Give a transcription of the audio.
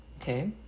okay